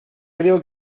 creo